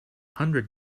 hundred